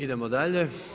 Idemo dalje.